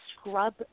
scrub